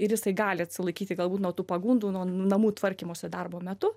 ir jisai gali atsilaikyti galbūt nuo tų pagundų nuo namų tvarkymosi darbo metu